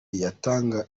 yatangije